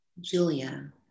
Julia